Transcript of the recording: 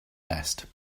best